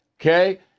okay